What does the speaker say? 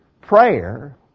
prayer